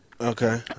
Okay